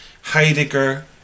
Heidegger